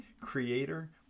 creator